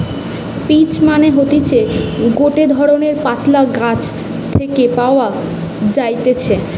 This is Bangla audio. পিচ্ মানে হতিছে গটে ধরণের পাতলা গাছ থেকে পাওয়া যাইতেছে